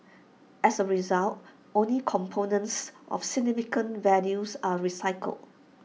as A result only components of significant values are recycled